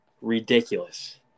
ridiculous